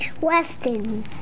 Weston